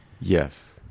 Yes